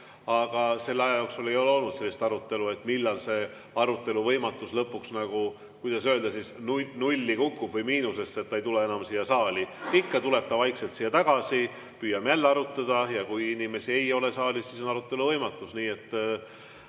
aga selle aja jooksul ei ole olnud sellist arutelu, millal see arutelu võimatus lõpuks, kuidas öelda, kukub nulli või miinusesse, nii et [eelnõu] ei tule enam siia saali. Ikka tuleb ta vaikselt siia tagasi, püüame jälle arutada, ja kui inimesi ei ole saalis, siis on arutelu võimatus.